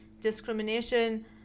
discrimination